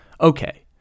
Okay